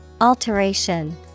Alteration